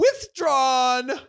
Withdrawn